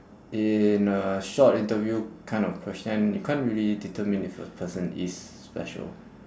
in a short interview kind of question you can't really determine if a person is special